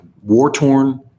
war-torn